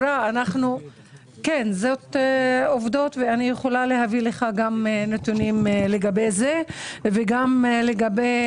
אלה עובדות ואני יכולה להביא לך גם נתונים לגבי זה וגם לגבי